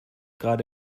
gerade